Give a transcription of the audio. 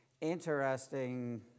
interesting